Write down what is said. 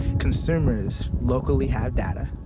consumers locally have data,